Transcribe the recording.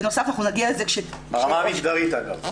אנחנו נגיע לזה כש --- ברמה המגדרית אגב.